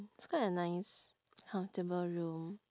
it's quite a nice comfortable room